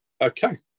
Okay